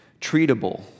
treatable